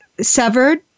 severed